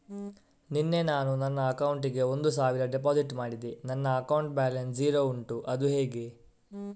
ನಿನ್ನೆ ನಾನು ನನ್ನ ಅಕೌಂಟಿಗೆ ಒಂದು ಸಾವಿರ ಡೆಪೋಸಿಟ್ ಮಾಡಿದೆ ನನ್ನ ಅಕೌಂಟ್ ಬ್ಯಾಲೆನ್ಸ್ ಝೀರೋ ಉಂಟು ಅದು ಹೇಗೆ?